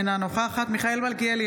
אינה נוכחת מיכאל מלכיאלי,